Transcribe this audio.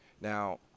Now